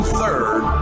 third